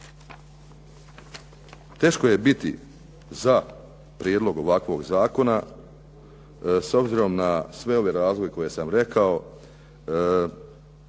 teško je biti za prijedlog ovakvog zakona, s obzirom na sve ove razloge koje sam rekao.